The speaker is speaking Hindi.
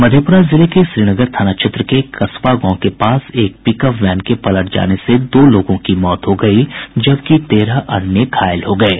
मधेपुरा जिले के श्रीनगर थाना क्षेत्र के कसबा गांव के पास एक पिकअप वैन के पलट जाने से दो लोगों की मौत को गई जबकि तेरह अन्य घायल हो गये